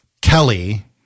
Kelly